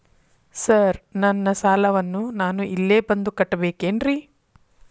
Sir ನನ್ನ ಸಾಲವನ್ನು ನಾನು ಇಲ್ಲೇ ಬಂದು ಕಟ್ಟಬೇಕೇನ್ರಿ?